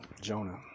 Jonah